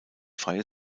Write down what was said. freie